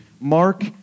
Mark